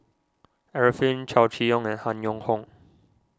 Arifin Chow Chee Yong and Han Yong Hong